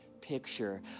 picture